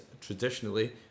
traditionally